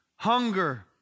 Hunger